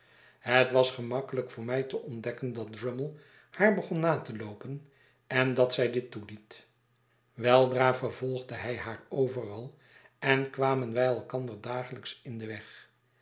het was gemakkelyk voor mij te ontdekken dat drummle haar begon na te loopen en dat zij dit toeliet weldra vervolgde hij haaroveral en kwamen wij elkander dagelijks in den weg